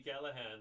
Callahan